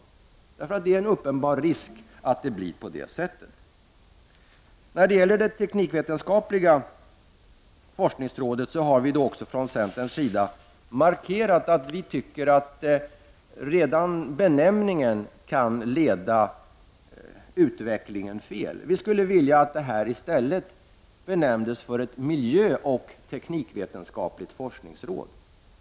Det är nämligen en uppenbar risk att det blir på det sättet. När det gäller det teknikvetenskapliga forskningsrådet har vi från centerns sida markerat att vi tycker att redan benämningen kan leda utvecklingen fel. Vi skulle vilja att organet i stället benämndes ett ”miljöoch teknikvetenskapligt forskningsråd”.